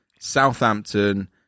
southampton